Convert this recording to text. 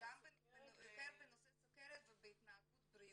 גם בנושא סוכרת ובהתנהגות בריאותית.